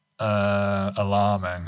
Alarming